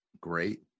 Great